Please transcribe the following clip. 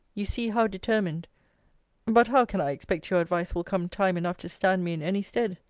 you see how determined but how can i expect your advice will come time enough to stand me in any stead?